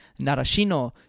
Narashino